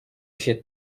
się